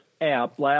app